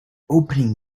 opening